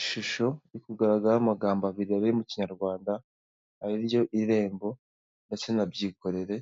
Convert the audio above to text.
Ishusho iri kugaragaraho amagambo abiri ari mu Kinyarwanda, ari byo Irembo ndetse na Byikorere,